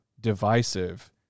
divisive